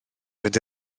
fynd